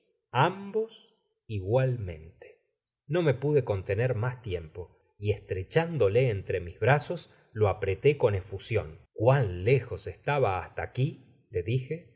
ambos igualmente no me pude contener mas tiempo y estrechándole entre mis brazos lo apretó'con efusion uán lejos es taba hasta aquí le dije